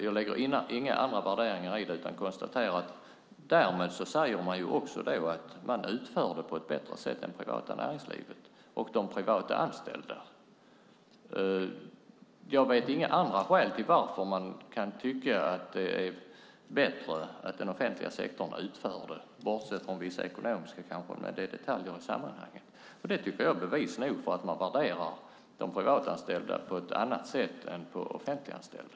Jag lägger inga andra värderingar i detta utan konstaterar att man därmed också säger att de som är offentligt anställda utför detta på ett bättre sätt än det privata näringslivet och de som jobbar i det privata näringslivet. Jag vet inga andra skäl till att man kan tycka att det är bättre att den offentliga sektorn utför detta, kanske bortsett från vissa ekonomiska skäl, men det är detaljer i sammanhanget. Det tycker jag är bevis nog för att man värderar de privatanställda på ett annat sätt än de offentliganställda.